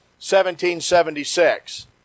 1776